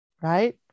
right